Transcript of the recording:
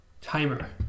Timer